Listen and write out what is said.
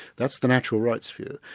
that's the natural rights view.